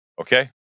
Okay